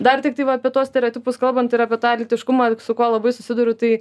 dar tiktai va apie tuos stereotipus kalbant ir apie tą lytiškumą ir su kuo labai susiduriu tai